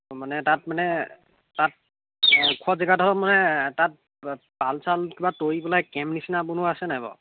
অঁ মানে তাত মানে তাত ওখ জেগাডোখৰত মানে তাত পাল চাল কিবা তৰি পেলাই কেম্প নিচিনা বনোৱা আছে নাই বাৰু